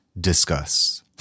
Discuss